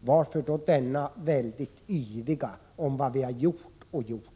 varför då detta yviga tal om vad som har gjorts?